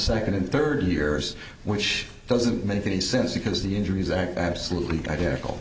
second and third years which doesn't make any sense because the injuries that absolutely identical